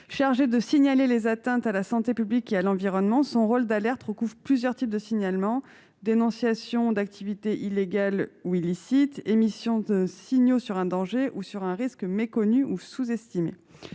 chargée de signaler les atteintes à la santé publique et à l'environnement. Son rôle d'alerte recouvre plusieurs types de signalement : dénonciation d'activités illégales ou illicites, émission de signaux sur un danger ou sur un risque méconnu ou sous-estimé.